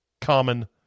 common